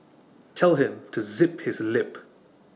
tell him to zip his lip